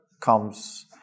comes